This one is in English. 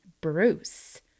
Bruce